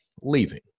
leaving